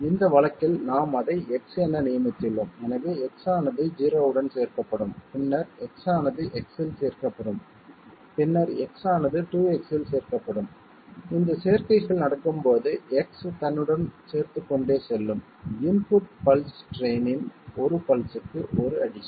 இந்த வழக்கில் நாம் அதை X என நியமித்துள்ளோம் எனவே X ஆனது 0 உடன் சேர்க்கப்படும் பின்னர் X ஆனது X இல் சேர்க்கப்படும் பின்னர் X ஆனது 2X இல் சேர்க்கப்படும் இந்தச் சேர்க்கைகள் நடக்கும் போது X தன்னுடன் சேர்த்துக் கொண்டே செல்லும் இன்புட் பல்ஸ் ட்ரெயின் இன் 1 பல்ஸ்க்கு ஒரு அடிஷன்